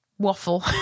Waffle